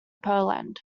poland